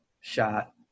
shot